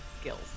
Skills